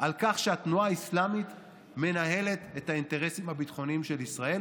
על כך שהתנועה האסלאמית מנהלת את האינטרסים הביטחוניים של ישראל,